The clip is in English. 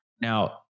Now